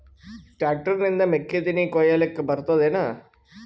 Tractor ನಿಂದ ಮೆಕ್ಕಿತೆನಿ ಕೊಯ್ಯಲಿಕ್ ಬರತದೆನ?